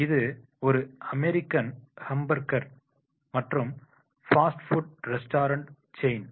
இது ஒரு American hamburger மற்றும் பாஸ்ட் பூவ்ட் ரெஸ்டூரண்ட் செயின்